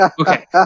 Okay